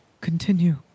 continue